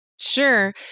Sure